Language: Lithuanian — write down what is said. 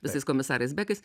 visais komisarais bekais